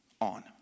on